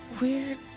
Weird